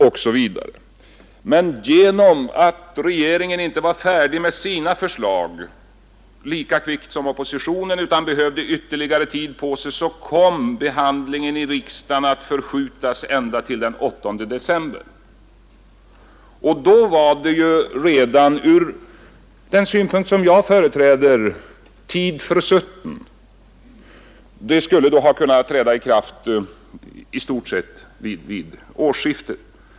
Men på grund av att regeringen inte var färdig med sina förslag lika kvickt som oppositionen utan behövde ytterligare tid på sig kom behandlingen i riksdagen att uppskjutas till den 8 december. Då var från den synpunkt jag företräder tid redan försutten. Åtgärderna skulle då ha kunnat träda i kraft i stort sett vid årsskiftet.